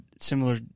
similar